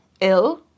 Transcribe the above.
ill